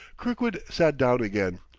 kirkwood sat down again,